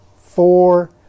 four